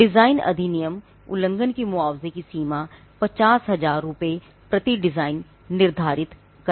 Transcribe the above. design अधिनियम उल्लंघन के मुआवजे की सीमा 50000 रुपये प्रति डिजाइन निर्धारित करता है